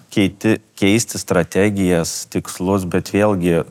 keiti keisti strategijas tikslus bet vėlgi